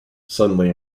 suddenly